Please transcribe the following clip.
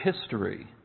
history